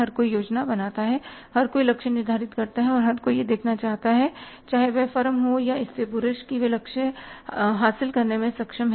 हर कोई योजना बनाता है हर कोई लक्ष्य निर्धारित करता है और हर कोई यह देखना चाहता है चाहे वह फर्म हो या स्त्री पुरुष की वे लक्ष्य हासिल करने में सक्षम है या नहीं